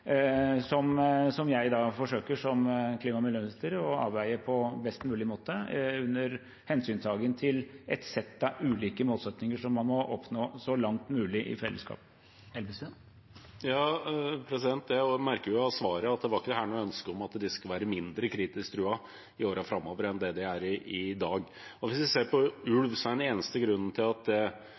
som jeg som klima- og miljøminister forsøker å avveie på best mulig måte, under hensyntagen til et sett av ulike målsettinger som man må oppnå så langt som mulig i fellesskap. Jeg merker jo av svaret at det ikke var noe ønske om at de skal være mindre kritisk truet i årene framover enn det de er i dag. Hvis vi ser på ulv: Den eneste grunnen til at det